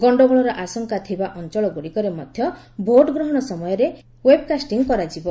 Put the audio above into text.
ଗଣ୍ଡଗୋଳର ଆଶଙ୍କା ଥିବା ଅଞ୍ଚଳଗୁଡ଼ିକରେ ମଧ୍ୟ ଭୋଟ୍ ଗ୍ରହଣ ସମୟରେ ଓ୍ୱେବ୍କାଷ୍ଟିଂ କରାଯିବ